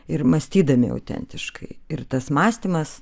ir mąstydami autentiškai ir tas mąstymas